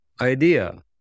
idea